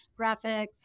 graphics